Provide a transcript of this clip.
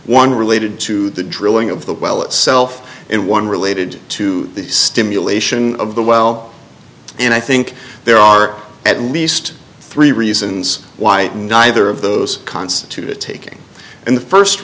one related to the drilling of the well itself and one related to the stimulation of the well and i think there are at least three reasons why neither of those constitute a taking and the first